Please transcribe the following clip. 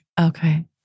Okay